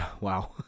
Wow